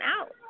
out